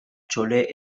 chole